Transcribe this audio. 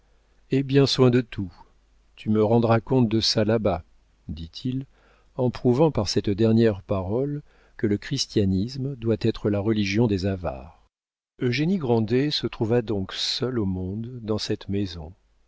aie bien soin de tout tu me rendras compte de ça là-bas dit-il en prouvant par cette dernière parole que le christianisme doit être la religion des avares eugénie grandet se trouva donc seule au monde dans cette maison